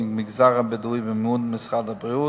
מהמגזר הבדואי במימון משרד הבריאות,